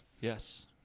Yes